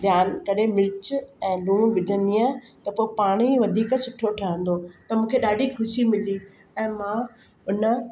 ध्यानु करे मिर्च ऐं लूणु विझंदीअ त पोइ पाणि ई वधीक सुठो ठहंदो त मूंखे ॾाढी ख़ुशी मिली ऐं मां हुन